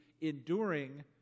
enduring